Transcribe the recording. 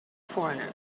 foreigner